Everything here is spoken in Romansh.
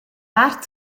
vart